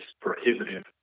prohibitive